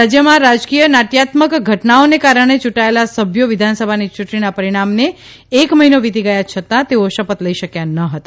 રાજયમાં રાજકીય નાટક્યાત્મક ઘટનાઓને કારણે યૂંટાયેલા સભ્યો વિધાનસભાની ચૂંટણીના પરિણામને એક મહિનો વિતી ગયા છતાં તેઓ શપથ લઇ શક્યા ન હતા